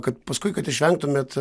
kad paskui kad išvengtumėt